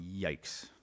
Yikes